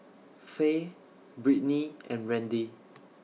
Faye Brittny and Randy